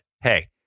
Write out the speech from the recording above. Hey